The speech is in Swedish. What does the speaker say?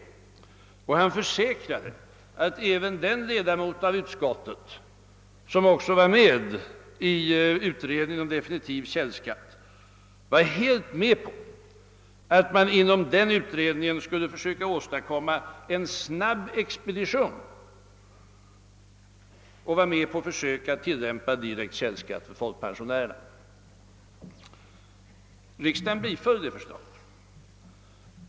Herr Brandt försäkrade också att den ledamot av utskottet som deltog i utredningen om definitiv källskatt var med på att man inom utredningen skulle försöka expediera uppdraget snabbt och försöka tillämpa direkt källskatt för folkpensionärerna. Riksdagen biföll det förslaget.